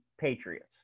Patriots